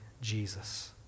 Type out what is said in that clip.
Jesus